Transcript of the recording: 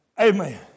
Amen